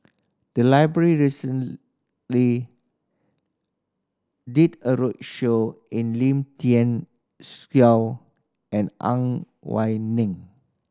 the library recently did a roadshow in Lim Thean and Ang Why Ning